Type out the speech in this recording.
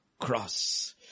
cross